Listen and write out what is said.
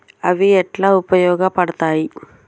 అవి ఎట్లా ఉపయోగ పడతాయి?